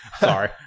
Sorry